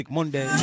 Monday